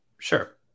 Sure